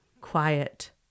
quiet